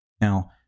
Now